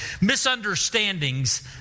Misunderstandings